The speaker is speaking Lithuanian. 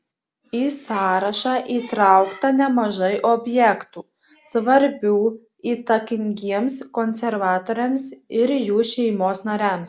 į sąrašą įtraukta nemažai objektų svarbių įtakingiems konservatoriams ir jų šeimos nariams